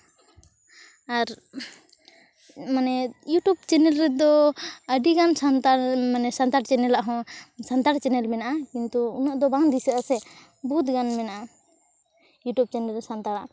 ᱟᱨ ᱢᱟᱱᱮ YouTube channel ᱨᱮᱫᱚ ᱟᱹᱰᱤᱜᱟᱱ ᱥᱟᱱᱛᱟᱲ ᱢᱟᱱᱮ ᱥᱟᱱᱛᱟᱲ ᱪᱮᱱᱮᱞᱟᱜ ᱦᱚᱸ ᱥᱟᱱᱛᱟᱲ ᱪᱮᱱᱮᱞ ᱢᱮᱱᱟᱜᱼᱟ ᱠᱤᱱᱛᱩ ᱩᱱᱟᱹᱜ ᱫᱚ ᱵᱟᱝ ᱫᱤᱥᱟᱹᱜᱼᱟ ᱥᱮ ᱵᱚᱦᱩᱛ ᱜᱟᱱ ᱢᱮᱱᱟᱜᱼᱟ ᱤᱭᱩᱴᱩᱵᱽ ᱪᱮᱱᱮᱞ ᱥᱟᱱᱛᱟᱲᱟᱜ